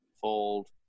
fold